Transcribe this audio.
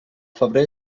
febrer